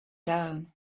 down